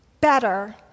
better